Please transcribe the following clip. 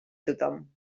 tothom